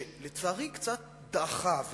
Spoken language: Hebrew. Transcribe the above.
שלצערי קצת דעכה,